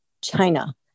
china